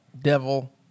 devil